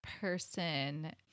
person